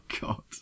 god